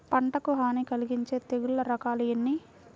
పంటకు హాని కలిగించే తెగుళ్ల రకాలు ఎన్ని?